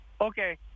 okay